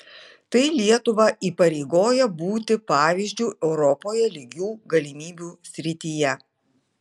tai lietuvą įpareigoja būti pavyzdžiu europoje lygių galimybių srityje